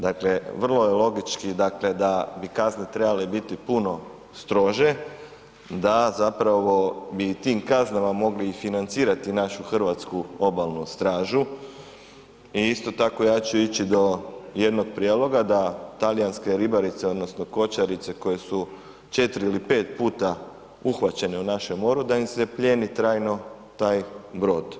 Dakle, vrlo je logički dakle da bi kazne trebale biti puno strože da zapravo bi tim kaznama mogli i financirati našu hrvatsku Obalnu stražu i isto tako ja ću ići do jednog prijedloga da talijanske ribarice, odnosno kočarice koje su 4 ili 5 puta uhvaćene u našem moru da im se plijeni trajno taj brod.